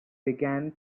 began